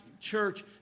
church